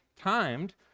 timed